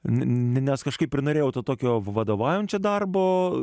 nes kažkaip ir norėjau to tokio vadovaujančio darbo